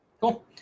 Cool